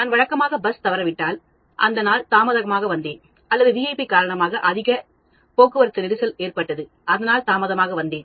நான் வழக்கமான பஸ் தவறவிட்டதால் அந்த நாள் தாமதமாக வந்தேன் அல்லது விஐபி காரணமாக அதிக போக்குவரத்து நெரிசல் ஏற்பட்டது அதனால் தாமதமாக வந்தேன்